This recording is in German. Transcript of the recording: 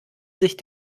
sich